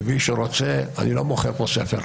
מי שרוצה, אני לא מוכר פה את הספר.